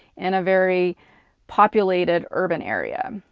in a very populated, urban area.